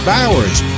Bowers